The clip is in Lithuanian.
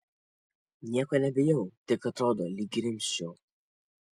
nieko nebijau tik atrodo lyg grimzčiau